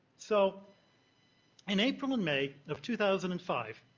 so in april and may of two thousand and five,